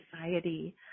society